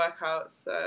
workouts